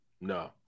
No